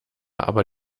aber